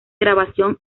grabación